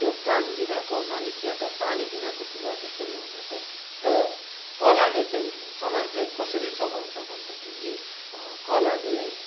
त्यो प्राणबिनाको मानिस या त पानीबिनाको कुवाजस्तो नै हुँदछ र कलाले चाहिँ समाजलाई कसरी सघाउँछ भन्दाखेरि कलाले